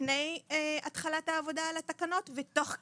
לפני התחלת העבודה על התקנות ותוך כדי,